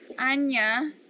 Anya